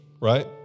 right